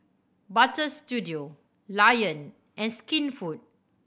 Butter Studio Lion and Skinfood